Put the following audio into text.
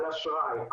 על אשראי,